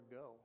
go